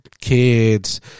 kids